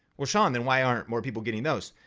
well sean then why aren't more people getting those?